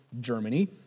Germany